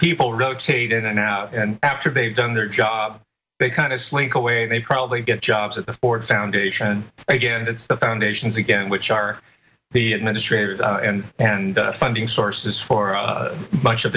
people rotate in and out and after they've done their job they kind of slink away and they probably get jobs at the ford foundation again and it's the foundations again which are the administrators and funding sources for a bunch of